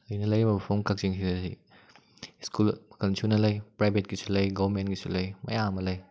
ꯑꯩꯅ ꯂꯩꯔꯤꯕ ꯃꯐꯝ ꯀꯛꯆꯤꯡꯁꯤꯗꯗꯤ ꯁ꯭ꯀꯨꯜ ꯃꯈꯜ ꯁꯨꯅ ꯂꯩ ꯄ꯭ꯔꯥꯏꯕꯦꯠꯀꯤꯁꯨ ꯂꯩ ꯒꯣꯔꯃꯦꯟꯒꯤꯁꯨ ꯂꯩ ꯃꯌꯥꯝ ꯑꯃ ꯂꯩ